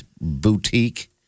boutique